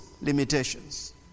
limitations